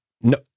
no